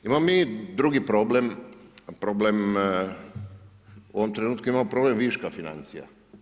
Imamo mi drugi problem, problem u ovom trenutku imamo problem viška financija.